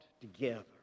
together